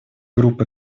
групп